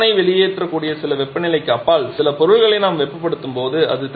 எலக்ட்ரானை வெளியேற்றக்கூடிய சில வெப்பநிலைக்கு அப்பால் சில பொருள்களை நாம் வெப்பப்படுத்தும் போது